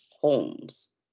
homes